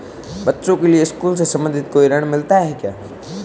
बच्चों के लिए स्कूल से संबंधित कोई ऋण मिलता है क्या?